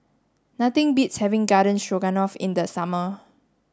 nothing beats having Garden Stroganoff in the summer